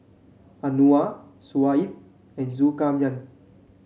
Anuar Shoaib and Zulkarnain